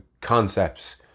concepts